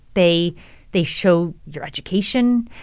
they they show your education.